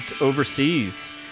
overseas